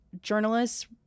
journalists